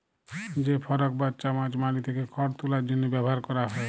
যে ফরক বা চামচ মাটি থ্যাকে খড় তুলার জ্যনহে ব্যাভার ক্যরা হয়